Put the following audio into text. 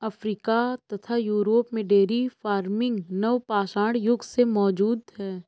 Africa तथा Europe में dairy farming नवपाषाण युग से मौजूद है